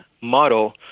model